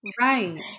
Right